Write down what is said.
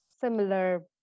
similar